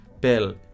Bell